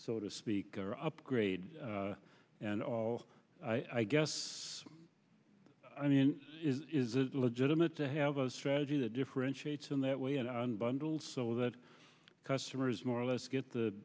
so to speak or upgrade and all i guess i mean is it legitimate to have a strategy that differentiates in that way and bundles so that customers more or less get the